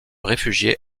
réfugier